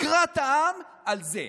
נקרע את העם על זה.